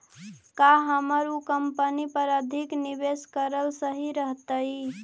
का हमर उ कंपनी पर अधिक निवेश करल सही रहतई?